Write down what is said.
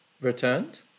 returned